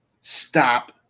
Stop